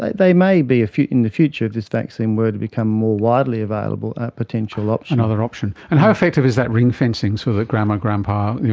like they may be, in the future if this vaccine were to become more widely available, a potential option. another option. and how effective is that ring-fencing so that grandma, grandpa,